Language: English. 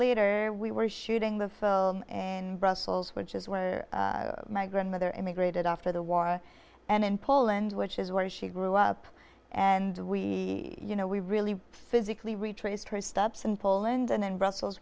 later we were shooting the film and brussels which is when my grandmother emigrated after the war and in poland which is where she grew up and we you know we really physically retraced her steps in poland and in brussels